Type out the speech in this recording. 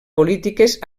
polítiques